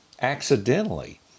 accidentally